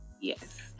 Yes